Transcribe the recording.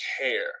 care